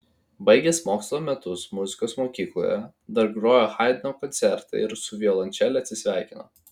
baigęs mokslo metus muzikos mokykloje dar grojo haidno koncertą ir su violončele atsisveikino